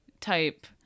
type